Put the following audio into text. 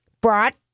brought